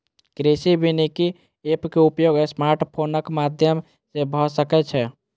कृषि वानिकी एप के उपयोग स्मार्टफोनक माध्यम सं भए सकै छै